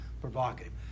provocative